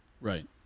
Right